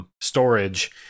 storage